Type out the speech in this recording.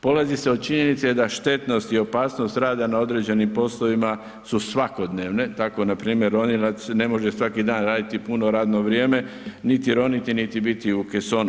Polazi se od činjenice da štetnost i opasnost rade na određenim poslovima su svakodnevne, tako npr. oni ne može svaki dan raditi puno radno vrijeme niti roniti niti biti u kesonu.